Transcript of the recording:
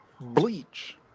bleach